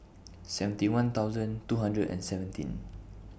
seventy one thousand two hundred and seventeen